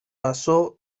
pasó